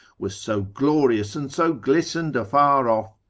was so glorious, and so glistened afar off,